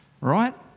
right